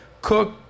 cook